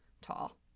tall